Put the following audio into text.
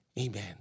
Amen